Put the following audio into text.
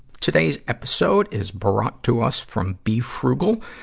today's episode is brought to us from befrugal.